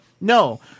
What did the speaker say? No